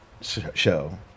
show